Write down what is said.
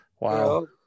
wow